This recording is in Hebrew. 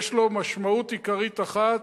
יש לו משמעות עיקרית אחת,